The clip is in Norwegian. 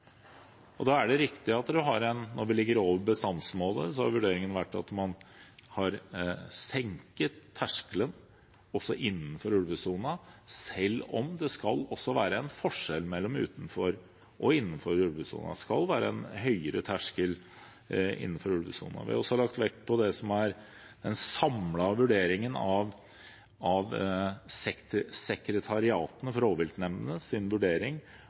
og de internasjonale forpliktelsene som Norge har etter Bernkonvensjonen. Da er det riktig at når vi ligger over bestandsmålet, har vurderingen vært at man har senket terskelen innenfor ulvesonen, selv om det skal være en forskjell mellom utenfor og innenfor i ulvesonen. Det skal være en høyere terskel innenfor ulvesonen. Vi har også lagt vekt på det som er den samlede vurderingen til sekretariatene for rovviltnemndene.